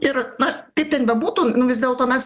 ir na kaip ten bebūtų vis dėlto mes